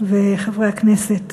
וחברי הכנסת